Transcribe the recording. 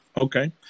Okay